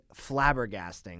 flabbergasting